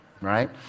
right